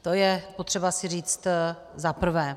To je potřeba si říct zaprvé.